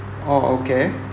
orh okay